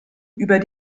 über